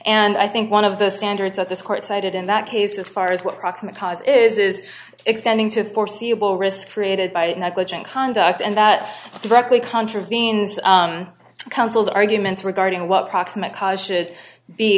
and i think one of the standards that this court cited in that case as far as what proximate cause is is extending to foreseeable risk created by negligent conduct and that directly contravenes counsel's arguments regarding what proximate cause should be